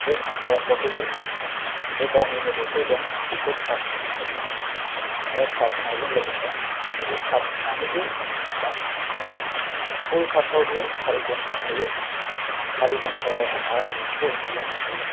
बे फांखाया फरदेबोल बे गावनिनो बेटारि दं बोखौ चार्ज होनो हायो आरो चार्ज होनायजों लोगोसे बेखौ चार्ज होनानैबो बाहायनो हायो फुल चार्ज आव बे सारि घण्टा थायो सारि घण्टायाव आङो आरामसे उनदुलांनो हायो